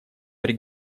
при